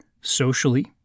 socially